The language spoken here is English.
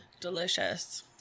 Delicious